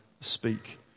speak